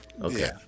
Okay